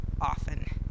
often